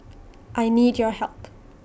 I need your help